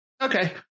Okay